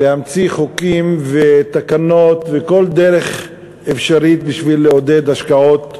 להמציא חוקים ותקנות וכל דרך אפשרית בשביל לעודד השקעות בהון,